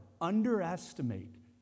underestimate